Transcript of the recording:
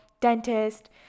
dentist